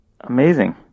amazing